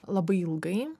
labai ilgai